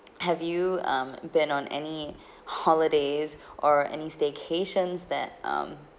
have you um been on any holidays or any staycations that um